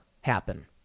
happen